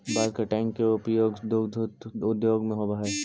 bulk tank के उपयोग दुग्ध उद्योग में होवऽ हई